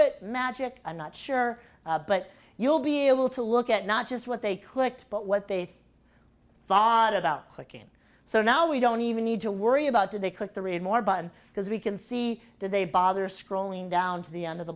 it magic i'm not sure but you'll be able to look at not just what they clicked but what they thought about clicking so now we don't even need to worry about today could the read more button because we can see did they bother scrolling down to the end of the